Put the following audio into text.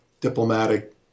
diplomatic